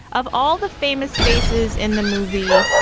of all the famous faces in the movie,